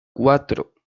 cuatro